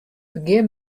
begjin